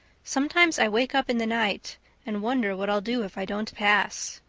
sometimes i wake up in the night and wonder what i'll do if i don't pass.